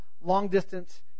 long-distance